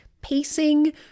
pacing